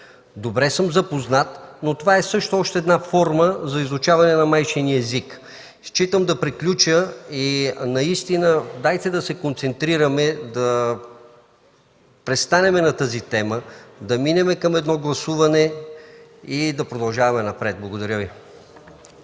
Добре съм запознат, но това е също още една форма за изучаване на майчиния език. Нека да се концентрираме и да престанем на тази тема, да минем към гласуване и да продължаваме напред. Благодаря Ви.